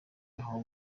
yahawe